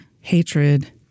hatred